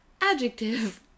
Adjective